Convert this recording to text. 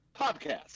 Podcast